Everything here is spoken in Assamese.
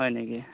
হয় নেকি